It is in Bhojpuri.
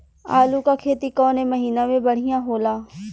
आलू क खेती कवने महीना में बढ़ियां होला?